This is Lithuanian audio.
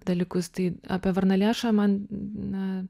dalykus tai apie varnalėšą man na